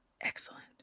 excellent